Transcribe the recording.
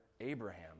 Abraham